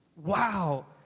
Wow